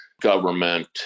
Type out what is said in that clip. government